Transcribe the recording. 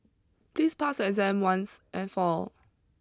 please pass your exam once and for all